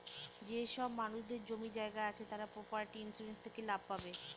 যেসব মানুষদের জমি জায়গা আছে তারা প্রপার্টি ইন্সুরেন্স থেকে লাভ পাবে